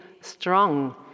strong